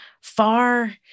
far